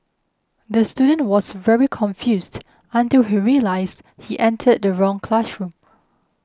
the student was very confused until he realised he entered the wrong classroom